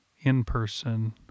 in-person